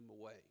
away